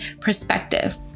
perspective